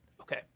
Okay